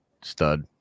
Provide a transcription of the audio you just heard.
stud